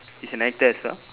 he's an actor as well